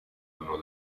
anno